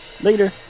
Later